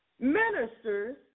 Ministers